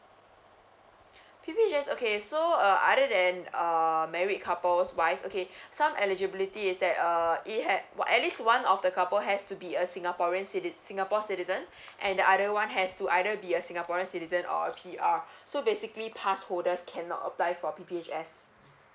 P_P_H_S okay so uh other than uh married couples wise okay some eligibility is that uh it ha~ at least one of the couple has to be a singaporean citi~ singapore citizen and the other one has to either be a singaporean citizen or P_R so basically pass holders cannot apply for P_P_H_S